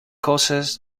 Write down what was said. causes